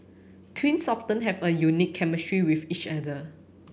twins often have a unique chemistry with each other